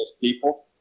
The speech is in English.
people